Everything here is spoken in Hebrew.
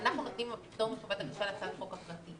אנחנו נותנים לו פטור מחובת הגשה על הצעת החוק הפרטית.